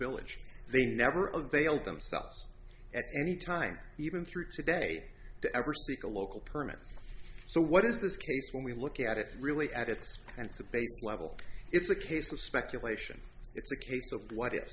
village they never unveiled themselves at any time even through today to ever seek a local permit so what is this case when we look at it is really at its sense a basic level it's a case of speculation it's a case of what